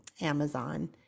amazon